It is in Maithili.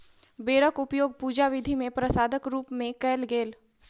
बेरक उपयोग पूजा विधि मे प्रसादक रूप मे कयल गेल